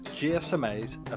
GSMA's